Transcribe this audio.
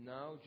Now